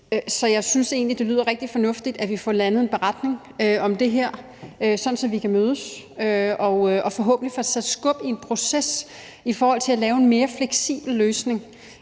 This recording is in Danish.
Så jeg synes egentlig, det lyder rigtig fornuftigt, at vi får landet en beretning om det her, sådan at vi kan mødes og forhåbentlig få sat skub i en proces i forhold til at lave en mere fleksibel løsning.